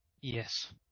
Yes